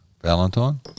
Valentine